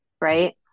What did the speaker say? right